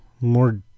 more